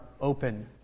open